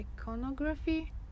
iconography